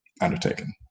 undertaken